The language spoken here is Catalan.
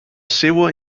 seua